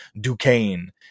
duquesne